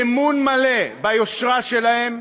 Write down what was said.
אמון מלא ביושרה שלהם,